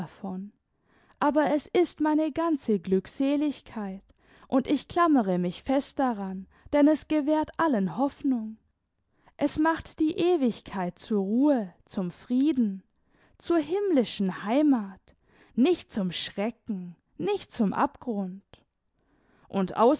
aber es ist meine ganze glückseligkeit und ich klammere mich fest daran denn es gewährt allen hoffnung es macht die ewigkeit zur ruhe zum frieden zur himmlischen heimat nicht zum schrecken nicht zum abgrund und